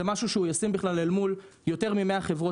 זה משהו שהוא בכלל ישים אל מול יותר מ-100 חברות